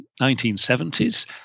1970s